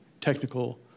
technical